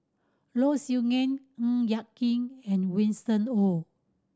Low Siew Nghee Ng Yak Whee and Winston Oh